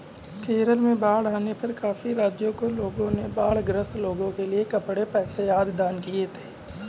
केरला में बाढ़ आने पर काफी राज्यों के लोगों ने बाढ़ ग्रस्त लोगों के लिए कपड़े, पैसे आदि दान किए थे